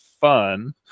fun